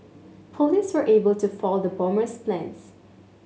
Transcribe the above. police were able to foil the bomber's plans